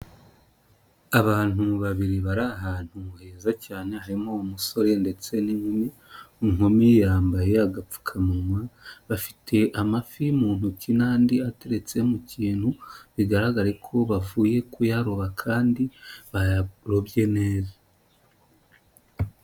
Abantu babiri bari ahantu heza cyane harimo umusore ndetse n'inkumi, inkumi yambaye agapfukamunwa, bafite amafi mu ntoki n'andi ateretse mu kintu bigaragare ko bavuye kuyaroba kandi bayarobye neza.